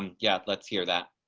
um, yeah, let's hear that